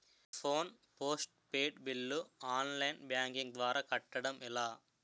Phone postpaid bill online banking ద్వారా కట్టడం ఎలా?